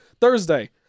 Thursday